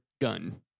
Gun